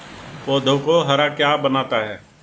पौधों को हरा क्या बनाता है?